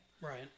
Right